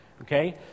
Okay